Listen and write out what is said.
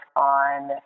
on